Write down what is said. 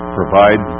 provide